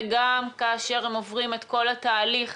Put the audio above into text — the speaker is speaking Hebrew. וגם כאשר הם עוברים את כל התהליך,